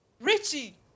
Richie